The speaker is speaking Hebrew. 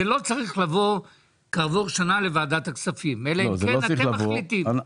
זה לא צריך לבוא כעבור שנה לוועדת הכספים אלא אם כן אתם מחליטים.